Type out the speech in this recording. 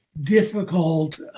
difficult